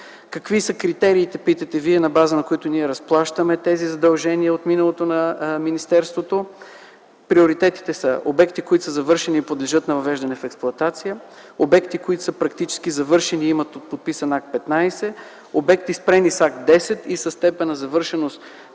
какви са критериите, на база на които ние разплащаме тези задължения от миналото на министерството. Приоритетите са: обекти, които са завършени и подлежат на въвеждане в експлоатация; обекти, които са практически завършени и имат подписан Акт 15; обекти, спрени с Акт 10 и със степен на завършеност,